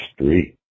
street